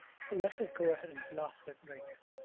so let's just go ahead and blast it right now.